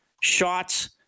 shots